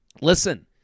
Listen